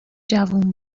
جوون